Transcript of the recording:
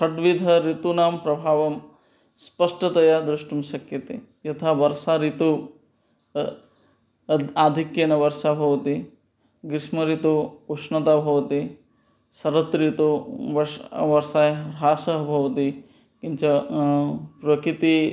षड्विधऋतूनां प्रभावं स्पष्टतया द्रष्टुं शक्यते यथा वर्षाऋतौ अद् आधिक्येन वर्षा भवति ग्रीष्मऋतौ उष्णता भवति शरद्ऋतौ वर्ष वर्षायाः हासः भवति किञ्च प्रकृतिः